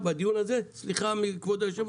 שחייבים לשים בכל סניף כספומט והוא